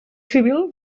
civil